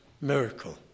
miracle